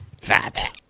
Fat